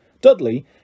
Dudley